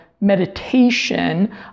meditation